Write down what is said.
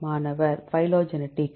மாணவர் பைலோஜெனடிக்